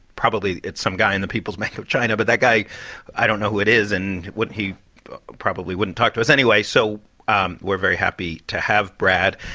probably, it's some guy in the people's bank of china. but that guy i don't know who it is and what he probably wouldn't talk to us anyway. so um we're very happy to have brad.